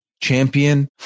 Champion